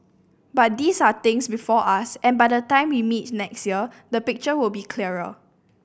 but these are things before us and by the time we meet next year the picture will be clearer